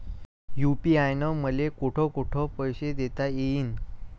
UPI न मले कोठ कोठ पैसे देता येईन?